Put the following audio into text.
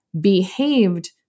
behaved